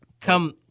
Come